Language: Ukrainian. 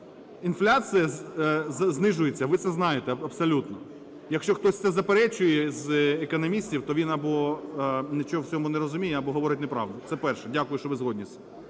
інфляція знижується, ви це знаєте, абсолютно. Якщо хтось це заперечує з економістів, то він або нічого в цьому не розуміє, або говорить неправду. Це перше. Дякую, що ви згодні